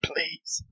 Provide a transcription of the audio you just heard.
Please